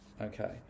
Okay